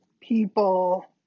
people